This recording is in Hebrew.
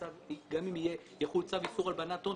גם אם יחול צו איסור הלבנת הון,